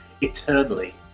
eternally